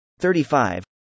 35